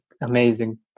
amazing